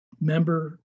member